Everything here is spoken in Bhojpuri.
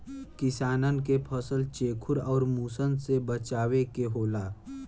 किसानन के फसल चेखुर आउर मुसन से बचावे के होला